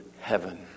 heaven